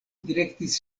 direktis